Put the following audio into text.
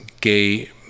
gay